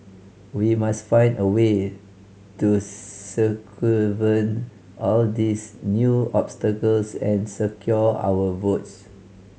we must find a way to circumvent all these new obstacles and secure our votes